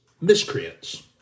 miscreants